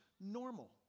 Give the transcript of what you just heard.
normal